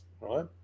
right